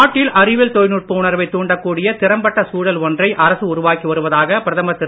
நாட்டில் அறிவியல் தொழில்நுட்ப உணர்வைத் தூண்டக் கூடிய திறம்பட்ட சூழல் ஒன்றை அரசு உருவாக்கி வருவதாக பிரதமர் திரு